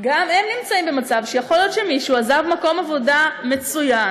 גם הם נמצאים במצב שיכול להיות שמישהו עזב מקום עבודה מצוין,